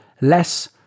less